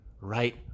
Right